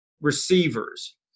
receivers